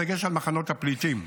בדגש על מחנות הפליטים.